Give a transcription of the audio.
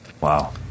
Wow